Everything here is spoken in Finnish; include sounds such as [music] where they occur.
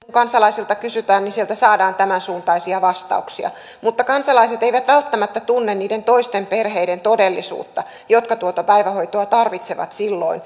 kun kansalaisilta kysytään niin sieltä saadaan tämänsuuntaisia vastauksia mutta kansalaiset eivät välttämättä tunne niiden toisten perheiden todellisuutta jotka tuota päivähoitoa tarvitsevat silloin [unintelligible]